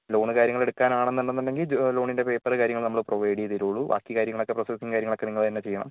loan കാര്യങ്ങൾ എടുക്കാനാണെന്ന് ഉണ്ടെന്ന് ഉണ്ടെങ്കിൽ ലോണിൻ്റെ പേപ്പറ് കാര്യങ്ങൾ നമ്മൾ പ്രൊവൈഡ് ചെയ്ത് തരുള്ളൂ ബാക്കി കാര്യങ്ങളൊക്കെ പ്രൊസസ്സും കാര്യങ്ങളൊക്കെ നിങ്ങൾ തന്നെ ചെയ്യണം